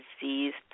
diseased